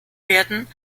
werden